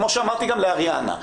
כמו שאמרתי גם לאריאנה,